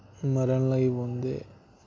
मरन लगी पौंदे